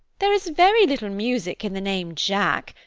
there is very little music in the name jack,